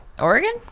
Oregon